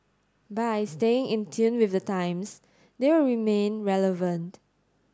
by staying in tune with the times they will remain relevant